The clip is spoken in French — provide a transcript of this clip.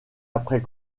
après